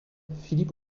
philippe